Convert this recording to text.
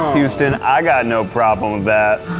houston, i got no problem with that.